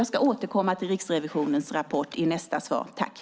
Jag återkommer till Riksrevisionens rapport i mitt nästa inlägg.